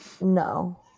No